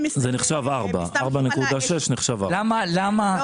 4.6 נחשב 4. לא.